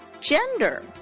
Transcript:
Gender